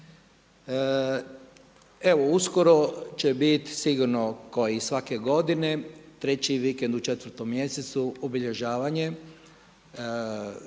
Evo uskoro će biti sigurno kao i svake godine 3 vikend u 4. mjesecu obilježavanje